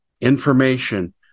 information